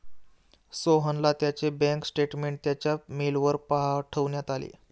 सोहनला त्याचे bank statement त्याच्या मेलवर पाठवण्यात आले